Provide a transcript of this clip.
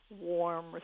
warm